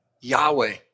Yahweh